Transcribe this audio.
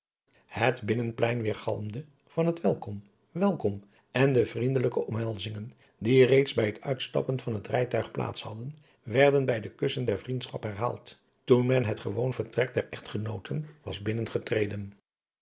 het binnenplein wedergalmde van het welkom welkom en de vriendelijke omhelzingen die reeds bij het adriaan loosjes pzn het leven van hillegonda buisman uitstappen van het rijtuig plaats hadden werden bij de kussen der vriendschap herhaald toen men het gewoon vertrek der echtgenooten was binnengetreden